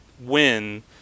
win